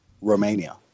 Romania